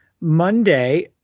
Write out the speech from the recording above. Monday